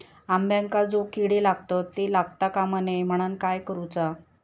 अंब्यांका जो किडे लागतत ते लागता कमा नये म्हनाण काय करूचा?